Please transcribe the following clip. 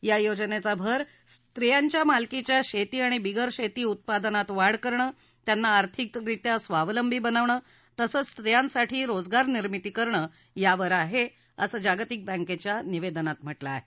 या योजनेचा भर स्त्रीयांच्या मालकीच्या शेती आणि बिगर शेती उत्पादनात वाढ करणं त्यांना आर्थिक स्वावलंबी बनवणं तसंच स्वीयांसाठी रोजगार निर्मिती करणं यावर आहे असं जागतिक बँकेच्या निवेदनात म्हटलं आहे